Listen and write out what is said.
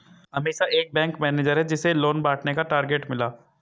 अमीषा एक bank manager है जिसे लोन बांटने का टारगेट मिला